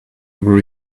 were